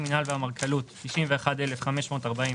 זה פוליטי, אבטחת משרד ירושלים?